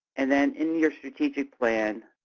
and then in your strategic plan,